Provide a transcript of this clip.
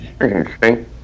interesting